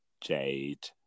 Jade